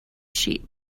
sheep